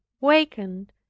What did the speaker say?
wakened